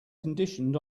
conditioned